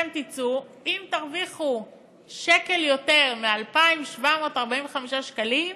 אתם תצאו, אם תרוויחו שקל יותר מ-2,745 שקלים,